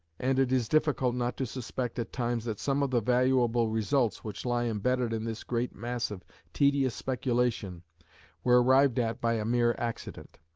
and it is difficult not to suspect at times that some of the valuable results which lie embedded in this great mass of tedious speculation were arrived at by a mere accident.